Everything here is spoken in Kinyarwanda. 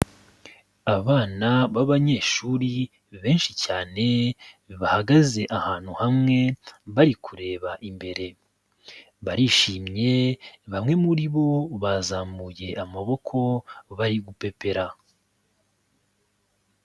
Abana b'abanyeshuri benshi cyane bahagaze ahantu hamwe bari kureba imbere, barishimye, bamwe muri bo bazamuye amaboko bari gupepera.